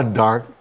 dark